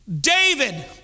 David